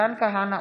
מתן כהנא,